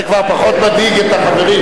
אוה, זה כבר פחות מדאיג את החברים.